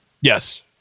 Yes